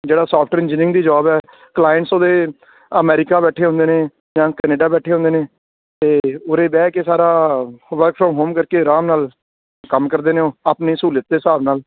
ਜਿਹੜਾ soft engineering ਦੀ job ਹੈ ਕਲਾਇੰਟਸ ਉਹਦੇ ਅਮਰੀਕਾ ਬੈਠੇ ਹੁੰਦੇ ਨੇ ਜਾਂ ਕੈਨੇਡਾ ਬੈਠੇ ਹੁੰਦੇ ਨੇ ਅਤੇ ਉਰੇ ਬਹਿ ਕੇ ਸਾਰਾ ਵਰਕ ਫਰੋਮ ਹੋਮ ਕਰਕੇ ਆਰਾਮ ਨਾਲ ਕੰਮ ਕਰਦੇ ਨੇ ਉਹ ਆਪਣੀ ਸਹੂਲਤ ਦੇ ਹਿਸਾਬ ਨਾਲ